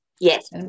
Yes